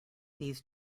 these